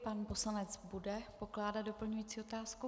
Pan poslanec bude pokládat doplňující otázku.